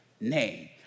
name